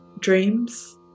dreams